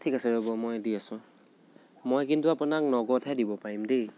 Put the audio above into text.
ঠিক আছে ৰ'ব মই দি আছোঁ মই কিন্তু আপোনাক নগদহে দিব পাৰিম দেই